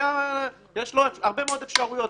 יש לו הרבה מאוד אפשרויות.